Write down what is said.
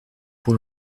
pour